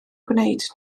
gwneud